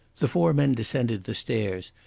the four men descended the stairs,